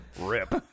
Rip